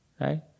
Right